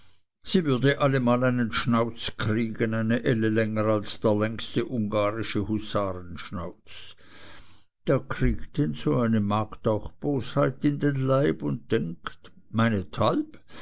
sie würde allemal einen schnauz kriegen eine elle länger als der längste husarenschnauz da kriegt denn so eine magd auch bosheit in den leib und denkt meinethalb